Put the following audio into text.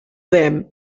them